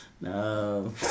No